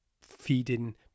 feeding